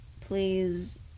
please